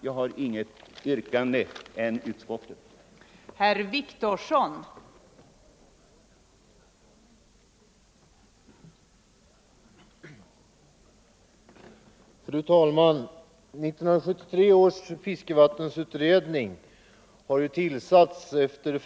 Jag har inget annat yrkande än om bifall till utskottets hemställan.